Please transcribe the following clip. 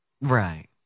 Right